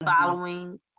following